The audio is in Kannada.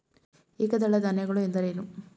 ಏಕದಳ ಧಾನ್ಯಗಳು ಎಂದರೇನು?